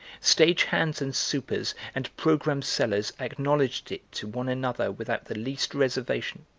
stage hands and supers and programme sellers acknowledged it to one another without the least reservation.